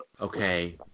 Okay